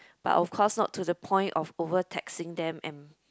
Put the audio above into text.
but of course not to the point of over taxing them and